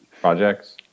projects